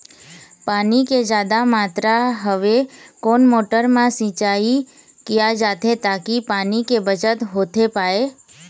पानी के जादा मात्रा हवे कोन मोटर मा सिचाई किया जाथे ताकि पानी के बचत होथे पाए?